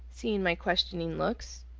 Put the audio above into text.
seeing my questioning looks.